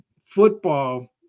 football